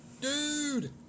Dude